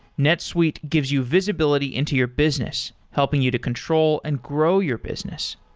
netsuite gives you visibility into your business, helping you to control and grow your business.